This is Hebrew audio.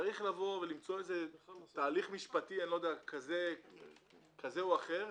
צריך למצוא תהליך משפטי כזה או אחר,